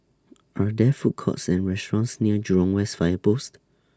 Are There Food Courts Or restaurants near Jurong West Fire Post